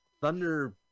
Thunder